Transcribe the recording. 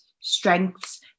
strengths